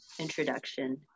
introduction